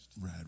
right